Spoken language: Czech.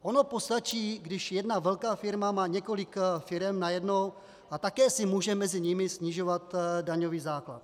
Ono postačí, když jedna velká firma má několik firem najednou a také si mezi nimi může snižovat daňový základ.